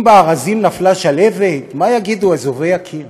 אם בארזים נפלה שלהבת, מה יגידו אזובי הקיר?